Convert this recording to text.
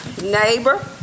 neighbor